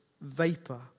vapor